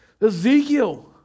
Ezekiel